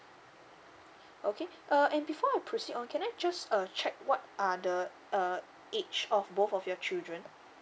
okay uh and before I proceed on can I just uh check what are the uh age of both of your children